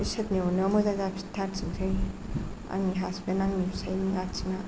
इसोरनि अन्नायाव मोजां जाफिनथारथोंसै आंनि हासबेन्ड आंनि फिसायनि आथिङा